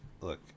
Look